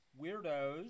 weirdos